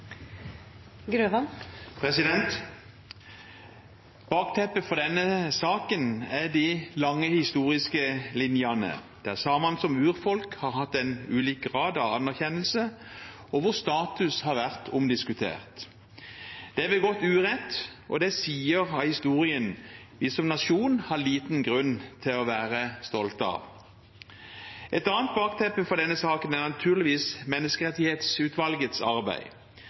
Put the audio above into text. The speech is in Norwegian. ha. Bakteppet for denne saken er de lange historiske linjene, der samene som urfolk har hatt ulik grad av anerkjennelse, og hvor status har vært omdiskutert. Det er begått urett, og det er sider av historien vi som nasjon har liten grunn til å være stolt av. Et annet bakteppe for denne saken er naturligvis Menneskerettighetsutvalgets arbeid,